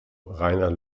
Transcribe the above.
reiner